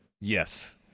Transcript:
Yes